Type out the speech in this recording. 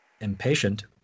Impatient